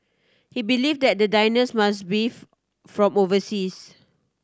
he believe that the diners must be from overseas